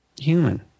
human